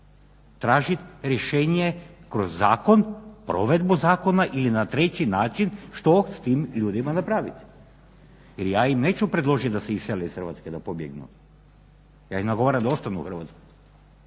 Tražiti rješenje kroz zakon provedbu zakona ili na treći način što s tim ljudima napraviti jer ja im neću predložiti da se isele iz Hrvatske i da pobjegnu, ja ih nagovaram da ostanu u Hrvatskoj,